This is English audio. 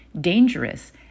dangerous